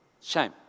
Shame